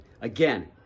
Again